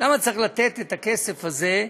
למה צריך לתת את הכסף הזה,